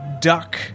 Duck